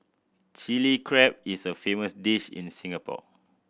Chilli Crab is a famous dish in Singapore